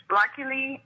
luckily